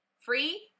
Free